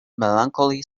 melancholy